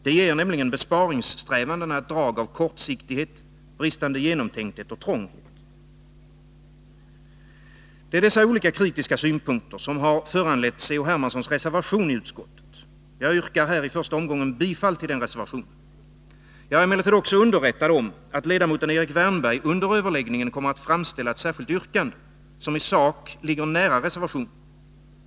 Det ger nämligen besparingssträvandena ett drag av kortsiktighet, bristande genomtänkthet och trånghet. Det är dessa olika kritiska synpunkter som har föranlett C.-H. Hermanssons reservation till utskottets betänkande. Jag yrkar i första omgången bifall till den reservationen. Jag är emellertid också underrättad om att ledamoten Erik Wärnberg under överläggningen kommer att framställa ett särskilt yrkande, som i sak ligger nära reservationen.